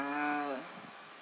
uh